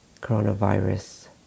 coronavirus